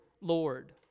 Lord